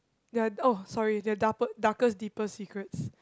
ya oh sorry your darpest darkest deepest secrets